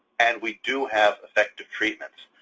and we do have effective treatments.